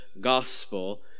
gospel